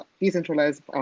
decentralized